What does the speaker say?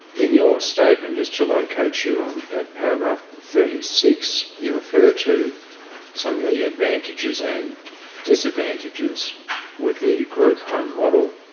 in your statement just to locate you, i'm at paragraph thirty six you refer to some of the advantages and disadvantages with the group home model.